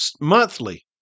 monthly